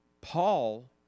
Paul